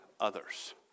others